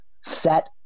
set